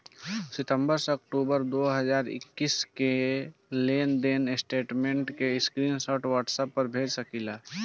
सितंबर से अक्टूबर दो हज़ार इक्कीस के लेनदेन स्टेटमेंट के स्क्रीनशाट व्हाट्सएप पर भेज सकीला?